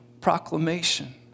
proclamation